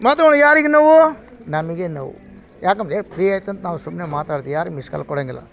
ಮಾದ್ರೊಳ್ಗೆ ಯಾರಿಗೆ ನೋವು ನಮಗೆ ನೋವು ಯಾಕಪ್ಪ ಏ ಫ್ರೀ ಐತಿ ಅಂತ ನಾವು ಸುಮ್ಮನೆ ಮಾತಾಡ್ತಿ ಯಾರಿಗೆ ಮಿಸ್ ಕಾಲ್ ಕೊಡೋಂಗಿಲ್ಲ